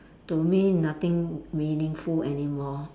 to me nothing meaningful anymore